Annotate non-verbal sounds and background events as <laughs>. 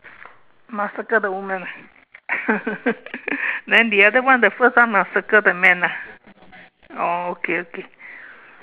must circle the woman ah <laughs> then the other one the first one must circle the man ah oh okay okay